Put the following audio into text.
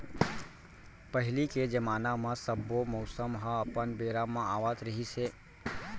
पहिली के जमाना म सब्बो मउसम ह अपन बेरा म आवत रिहिस हे